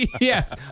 Yes